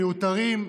מיותרים,